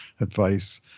advice